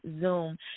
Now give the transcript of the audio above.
Zoom